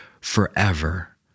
forever